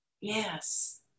Yes